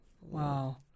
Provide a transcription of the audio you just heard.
Wow